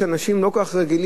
שאנשים לא כל כך רגילים,